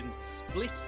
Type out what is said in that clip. split